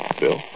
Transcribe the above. Bill